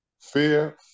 Fear